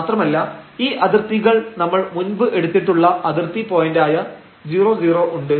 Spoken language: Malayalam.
മാത്രമല്ല ഈ അതിർത്തികൾ നമ്മൾ മുൻപ് എടുത്തിട്ടുള്ള അതിർത്തി പോയന്റായ 00 ഉണ്ട്